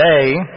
Today